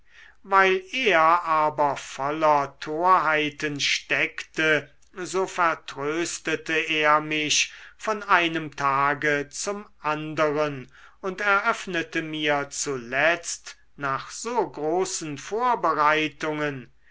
weil er aber voller torheiten steckte so vertröstete er mich von einem tage zum anderen und eröffnete mir zuletzt nach so großen vorbereitungen